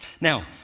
Now